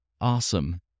Awesome